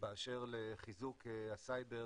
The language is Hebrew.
באשר לחיזוק הסייבר,